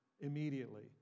immediately